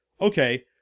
Okay